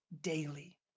Daily